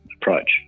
approach